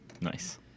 Nice